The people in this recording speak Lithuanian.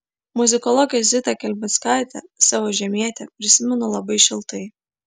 muzikologę zita kelmickaitę savo žemietę prisimenu labai šiltai